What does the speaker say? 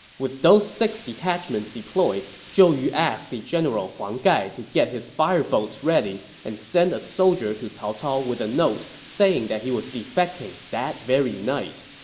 with those six detachments deployed, zhou yu asked the general huang gai to get his fire boats ready and send a soldier to cao cao with a note saying that he was defecting that very night.